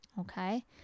Okay